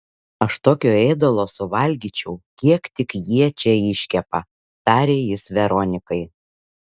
aš tokio ėdalo suvalgyčiau kiek tik jie čia iškepa tarė jis veronikai